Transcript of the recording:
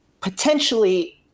potentially –